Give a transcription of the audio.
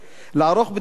לערוך בדיקות,